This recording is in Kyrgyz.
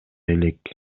элек